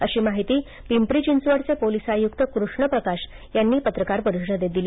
अशी माहिती पिंपरी चिंचवडचे पोलीस आयुक्त कृष्ण प्रकाश यांनी पत्रकार परिषदेत दिली